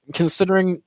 considering